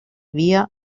via